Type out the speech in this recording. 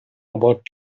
about